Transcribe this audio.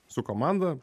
su komanda